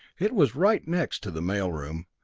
it was right next to the mail-room,